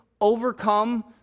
overcome